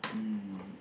mm